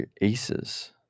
Aces